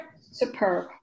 superb